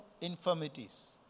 infirmities